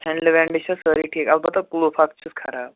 ہینٛڈلہٕ وٮ۪نٛڈلہٕ چھےٚ سٲری ٹھیٖک البتہ قُلف اَکھ چھُس خراب